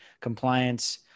Compliance